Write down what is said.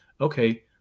okay